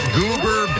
Goober